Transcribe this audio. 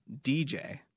DJ—